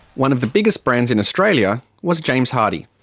one of the biggest brands in australia was james hardie.